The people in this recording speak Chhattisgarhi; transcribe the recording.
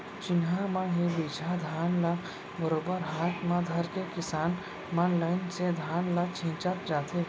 चिन्हा म ही बीजहा धान ल बरोबर हाथ म धरके किसान मन लाइन से धान ल छींचत जाथें